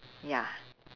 ya